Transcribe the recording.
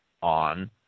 on